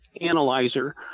Analyzer